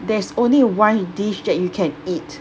there's only one dish that you can eat